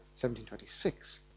1726